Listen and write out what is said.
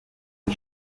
des